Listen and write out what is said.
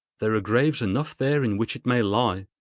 there are graves enough there in which it may lie.